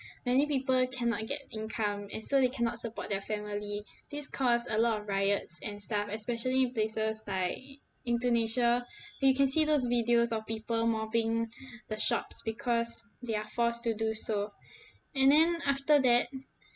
many people cannot get income and so they cannot support their family this caused a lot of riots and stuff especially places like indonesia you can see those videos of people mobbing the shops because they're forced to do so and then after that